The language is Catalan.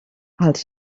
els